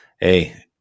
Hey